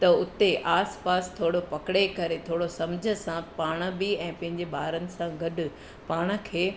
त उते आसपासि थोरो पकिड़े करे थोरो सम्झि सां पाणि बि ऐं पंहिंजे ॿारनि सां गॾु पाण खे